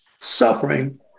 suffering